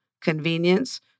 convenience